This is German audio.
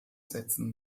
setzen